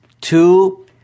Two